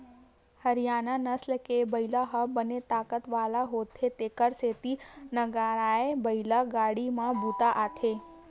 हरियाना नसल के बइला ह बने ताकत वाला होथे तेखर सेती नांगरए बइला गाड़ी म बूता आथे